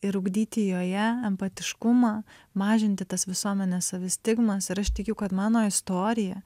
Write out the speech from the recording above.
ir ugdyti joje empatiškumą mažinti tas visuomenės savistigmas ir aš tikiu kad mano istorija